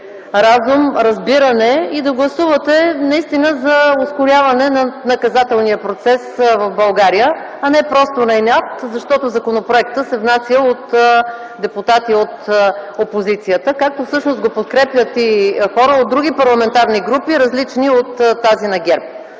разум, разбиране и да гласувате за ускоряване на наказателния процес в България, а не просто на инат, защото законопроектът се внася от депутати от опозицията, както всъщност го подкрепят хора от други парламентарни групи, различни от тази на ГЕРБ.